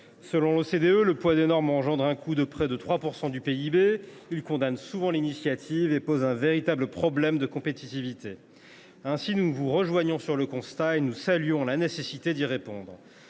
Selon l’OCDE, le poids des normes engendre un coût de près de 3 % du PIB. Il condamne souvent l’initiative et pose un véritable problème de compétitivité. Ainsi, nous vous rejoignons sur le constat et nous saluons la nécessité d’y apporter